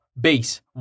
Base